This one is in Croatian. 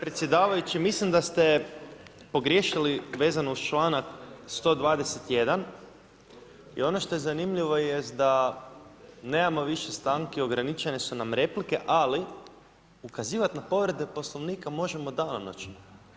Predsjedavajući mislim da ste pogriješili vezano uz članak 121. i ono što je zanimljivo jest da nemamo više stanki, ograničene su nam replike ali ukazivati na povrede Poslovnika možemo danonočno.